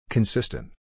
Consistent